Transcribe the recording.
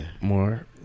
more